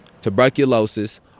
tuberculosis